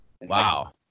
Wow